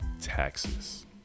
taxes